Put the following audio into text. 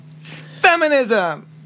Feminism